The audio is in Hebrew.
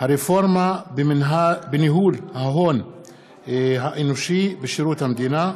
1. הרפורמה בניהול ההון האנושי בשירות המדינה,